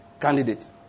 candidate